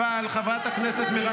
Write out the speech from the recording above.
אבל, חברת הכנסת מרב